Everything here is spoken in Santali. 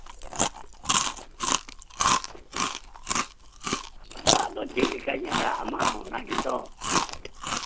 ᱟᱲᱟᱜ ᱫᱚ ᱪᱮᱫᱞᱮᱠᱟᱧ ᱟᱲᱟᱜ ᱟᱢᱟ ᱚᱱᱟ ᱜᱮᱛᱚ